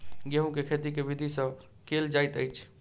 गेंहूँ केँ खेती केँ विधि सँ केल जाइत अछि?